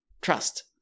trust